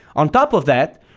on top of that,